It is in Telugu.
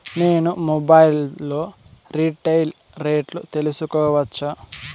నేను మొబైల్ లో రీటైల్ రేట్లు తెలుసుకోవచ్చా?